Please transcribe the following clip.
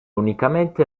unicamente